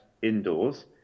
Indoors